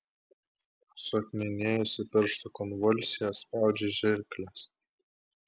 suakmenėjusi pirštų konvulsija spaudžia žirkles